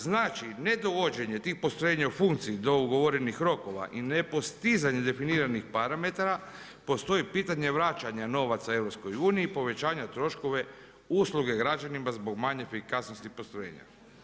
Znači nedovođenje tih postrojenja u funkciji do ugovorenih rokova i nepostizanje definiranih parametara postoji pitanje vraćanja novaca EU, povećanja troškova usluge građanima zbog manje efikasnosti postrojenja.